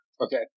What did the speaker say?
Okay